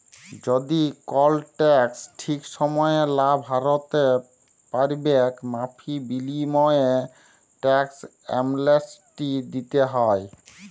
যদি কল টেকস ঠিক সময়ে লা ভ্যরতে প্যারবেক মাফীর বিলীময়ে টেকস এমলেসটি দ্যিতে হ্যয়